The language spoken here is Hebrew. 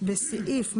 בסעיף 126,